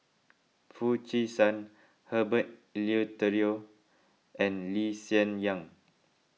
Foo Chee San Herbert Eleuterio and Lee Hsien Yang